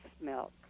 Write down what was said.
milk